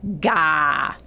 gah